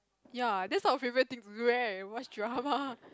ya that's not a favorite thing to do right watch drama